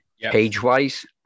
page-wise